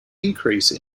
increase